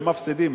שמפסידים.